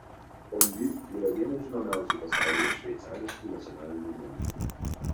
fondiu yra vienas žinomiausių pasaulyje šveicariškų nacionalinių valgių